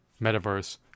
Metaverse